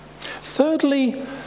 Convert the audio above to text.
Thirdly